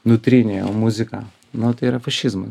nutrynė jo muziką nu tai yra fašizmas